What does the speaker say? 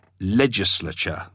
legislature